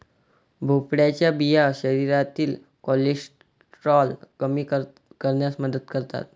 भोपळ्याच्या बिया शरीरातील कोलेस्टेरॉल कमी करण्यास मदत करतात